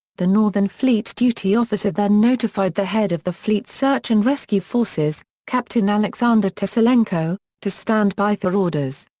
the northern fleet duty officer then notified the head of the fleet's search and rescue forces, captain alexander teslenko, to stand by for orders.